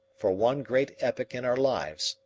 for one great epoch in our lives,